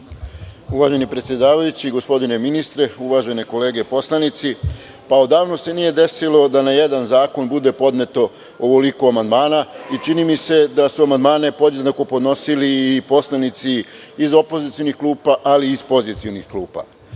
Uvaženi predsedavajući, gospodine ministre, uvažene kolege poslanici. Odavno se nije desilo da na jedan zakon bude podneto ovoliko amandmana i čini mi se da su amandmane podjednako podnosili i poslanici iz opozicionih klupa, ali i iz pozicionih klupa. Dakle,